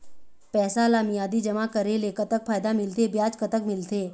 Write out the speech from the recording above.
पैसा ला मियादी जमा करेले, कतक फायदा मिलथे, ब्याज कतक मिलथे?